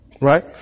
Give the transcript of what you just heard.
Right